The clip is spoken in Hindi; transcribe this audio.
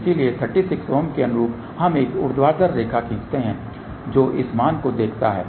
इसलिए 36 ओम के अनुरूप हम एक ऊर्ध्वाधर रेखा खींचते हैं जो इस मान को देखता है